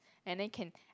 and then can